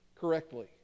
correctly